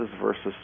versus